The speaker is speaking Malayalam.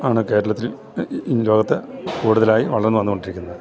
ആണ് കേരളത്തിൽ ഇന്നു ലോകത്ത് കൂടുതലായി വളർന്നു വന്നു കൊണ്ടിരിക്കുന്നത്